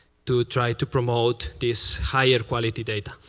to try to promote this higher quality data.